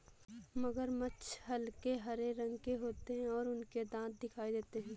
मगरमच्छ हल्के हरे रंग के होते हैं और उनके दांत दिखाई देते हैं